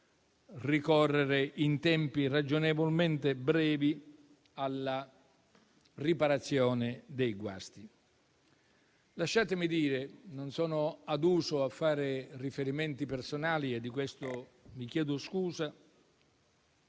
ricorrere, in tempi ragionevolmente brevi, alla riparazione dei guasti. Non sono aduso a fare riferimenti personali e di questo vi chiedo scusa,